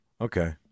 Okay